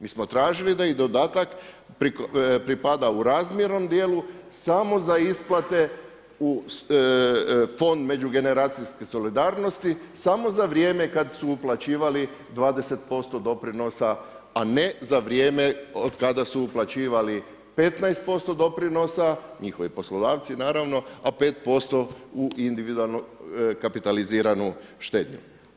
Mi smo tražili da i dodatak pripada u razmjernom dijelu samo za isplate Fond međugeneracijske solidarnosti samo za vrijeme kada su uplaćivali 20% doprinosa, a ne za vrijeme od kada su uplaćivali 15% doprinosa, njihovi poslodavci naravno, a 5% u individualnu kapitaliziranu štednju.